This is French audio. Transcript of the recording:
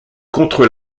contre